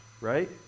right